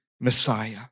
Messiah